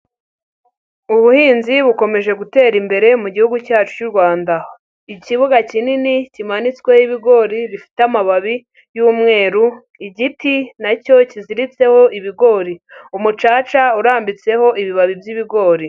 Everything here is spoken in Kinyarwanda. Ubuhinzi bukomeje gutera imbere mu gihugu cyacu cy'u Rwanda, ikibuga kinini kimanitsweho ibigori bifite amababi y'umweru, igiti na cyo kiziritseho ibigori, umucaca urambitseho ibibabi by'ibigori.